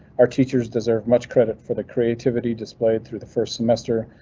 our teachers deserve much credit for the creativity displayed through the first semester,